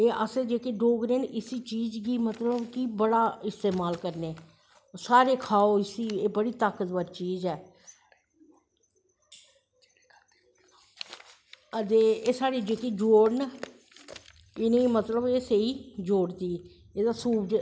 अस जेह्ड़े डोगरे न इसी चीज़ गी जेह्का इस्तेमाल करनें सारे खाओ इसी एह् बड़ा ताकतबर चीज़ ऐ ते एह् साढ़े जेह्के साढ़े जोड़ न इनेंगी एह् मतलव स्हेई जोड़दी